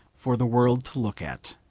for the world to look at.